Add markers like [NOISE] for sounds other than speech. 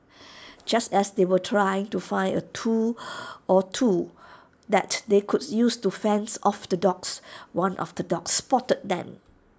[NOISE] just as they were trying to find A tool or two that they could use to fend off the dogs one of the dogs spotted them